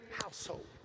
household